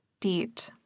beat